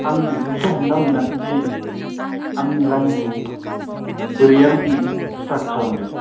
आं बिखौसो हमना मोनाखैदि आं रानिंखौ बोरै आं स्टार्त खालामनो